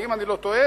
ואם אני לא טועה,